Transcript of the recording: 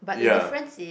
ya